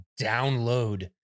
download